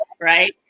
Right